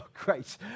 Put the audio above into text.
great